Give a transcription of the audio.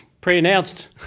pre-announced